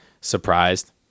surprised